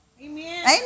Amen